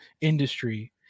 industry